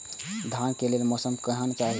धान के लेल मौसम केहन चाहि?